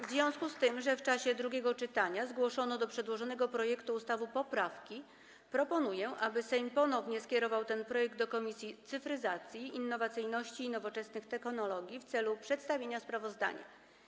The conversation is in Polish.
W związku z tym, że w czasie drugiego czytania zgłoszono do przedłożonego projektu ustawy poprawki, proponuję, aby Sejm ponownie skierował ten projekt do Komisji Cyfryzacji, Innowacyjności i Nowoczesnych Technologii w celu przedstawienia sprawozdania.